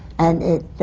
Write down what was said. and it